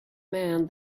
man